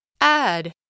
Add